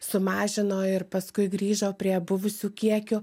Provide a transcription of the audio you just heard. sumažino ir paskui grįžo prie buvusių kiekių